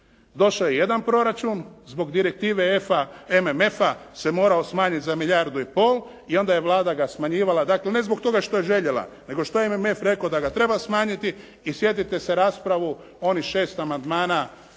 Došao je jedan proračun zbog direktive MMF-a se morao smanjiti za milijardu i pol i onda je Vlada ga smanjivala, dakle ne zbog toga što je željela, nego što je MMF rekao da ga treba smanjiti i sjetite se rasprave onih 6 amandmana